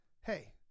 Hey